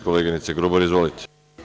Koleginice Grubor, izvolite.